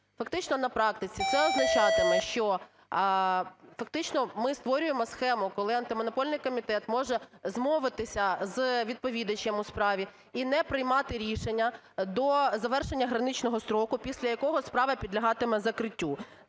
Фактично на практиці це означатиме, що фактично ми створюємо схему, коли Антимонопольний комітет може змовитися з відповідачем у справі і не приймати рішення до завершення граничного строку, після якого справа підлягатиме закриттю.